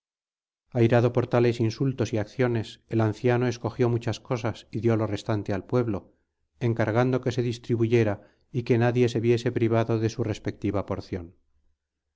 airado por tales insultos y acciones el anciano escogió muchas cosas y dio lo restante al pueblo encargando que se distribuyera y que nadie se viese privado de su respectiva porción